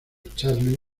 charlie